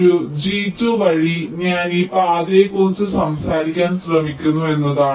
ഒരു G2 വഴി ഞാൻ ഈ പാതയെക്കുറിച്ച് സംസാരിക്കാൻ ശ്രമിക്കുന്നു എന്നാണ്